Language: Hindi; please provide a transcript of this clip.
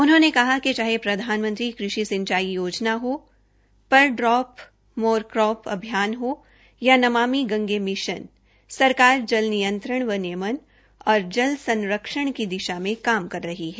उन्होंने कहा कि चाहे प्रधानमंत्री कृषि सिंचाई योजना हो पर ड्रोप मोर क्रोप अभियान है या नमामि गंगे मिशन सरकार जल नियंत्रण व जल संरक्षण की दिशा में काम कर रही है